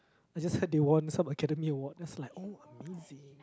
I just heard they won some Academy Award that's like oh amazing